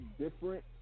different